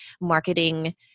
marketing